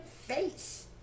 face